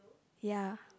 ya